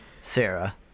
Sarah